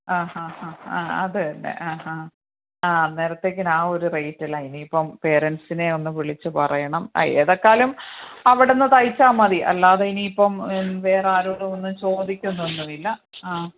ആ ആ ആ ആ അത് തന്നെ ആ ആ ആ അന്നേരതേക്കിനും ആ ഒരു റേറ്റ് അല്ല ഇനിയിപ്പോൾ പെരൻസിനെ ഒന്ന് വിളിച്ചു പറയണം എതൊക്കെയായാലും അവിടുന്ന് തെച്ചാൽ മതി അല്ലാതെ ഇനിയിപ്പം വേറെ ആരോടും ഒന്നും ചോദിക്കുന്നൊന്നും ഇല്ല ആ